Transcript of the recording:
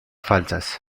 falsas